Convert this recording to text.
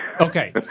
Okay